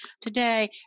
Today